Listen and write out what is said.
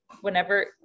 whenever